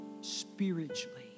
spiritually